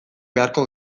beharko